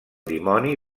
dimoni